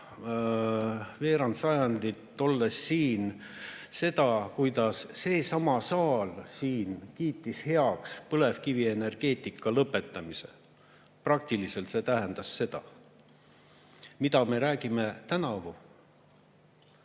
veerand sajandit, seda, kuidas seesama saal siin kiitis heaks põlevkivienergeetika lõpetamise, praktiliselt tähendas see seda. Mida me räägime tänavu?